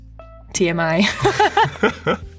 TMI